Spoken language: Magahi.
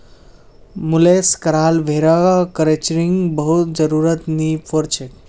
मुलेस कराल भेड़क क्रचिंगेर बहुत जरुरत नी पोर छेक